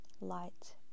light